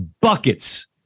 Buckets